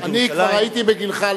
אני כבר הייתי בגילך.